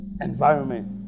environment